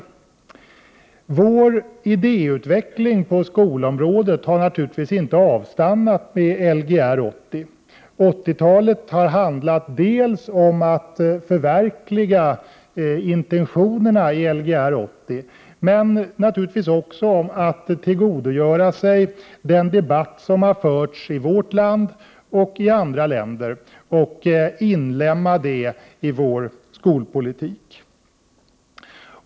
24 maj 1989 Vår idéutveckling på skolområdet har naturligtvis inte avstannat med Lgr 80. 80-talet har handlat om att förverkliga intentionerna i Lgr 80 men naturligtvis också om att tillgodogöra sig den debatt som har förts i vårt land och i andra länder och inlemma den i vår skolpolitik.